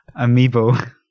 Amiibo